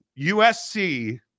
USC